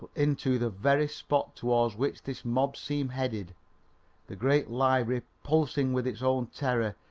into the very spot towards which this mob seemed headed the great library pulsing with its own terror,